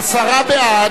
עשרה בעד,